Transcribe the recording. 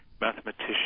mathematician